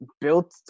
built